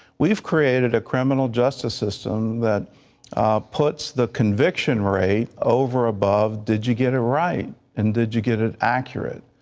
we have created a criminal justice system that puts the conviction rate over and above did you get it right and did you get it accurate?